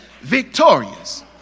victorious